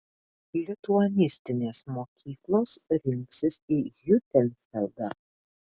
lituanistinės mokyklos rinksis į hiutenfeldą